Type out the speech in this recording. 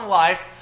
life